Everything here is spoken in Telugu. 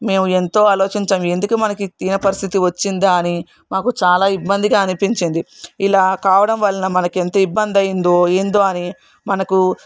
మేము ఎంతో ఆలోచించాం ఎందుకు మనకు ఈ దీన పరిస్థితి వచ్చిందా అని మాకు చాలా ఇబ్బందిగా అనిపించింది ఇలా కావడం వలన మనకి ఎంత ఇబ్బంది అయిందో ఏందో అని మనకు